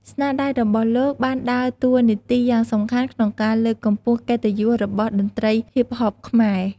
ស្នាដៃរបស់លោកបានដើរតួនាទីយ៉ាងសំខាន់ក្នុងការលើកកម្ពស់កិត្តិយសរបស់តន្ត្រីហ៊ីបហបខ្មែរ។